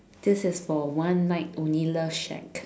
this is for one night only love shack